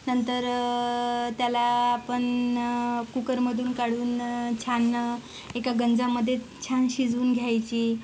नंतर त्याला आपण कुकरमधून काढून छान एका गंजामधे छान शिजवून घ्यायची